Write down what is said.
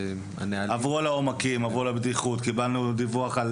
הנהלים --- הם עברו על העומקים ועל הבטיחות; קיבלנו דיווח על